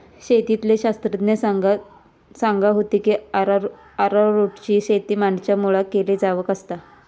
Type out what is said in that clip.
शेतीतले शास्त्रज्ञ सांगा होते की अरारोटची शेती माडांच्या मुळाक केली जावक शकता